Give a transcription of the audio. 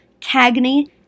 Cagney